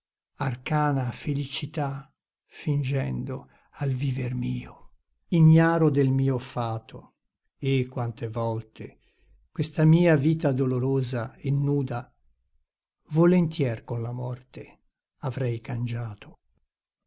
arcana felicità fingendo al viver mio ignaro del mio fato e quante volte questa mia vita dolorosa e nuda volentier con la morte avrei cangiato